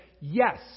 yes